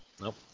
Nope